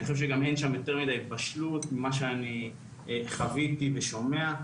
אני חושב שאין שם יותר מדיי בשלות ממה שאני חוויתי ושומע,